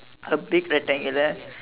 a big rectangular